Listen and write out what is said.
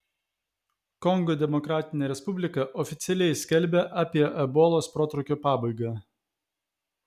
kongo demokratinė respublika oficialiai skelbia apie ebolos protrūkio pabaigą